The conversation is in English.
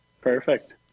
Perfect